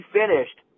finished